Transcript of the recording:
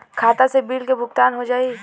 खाता से बिल के भुगतान हो जाई?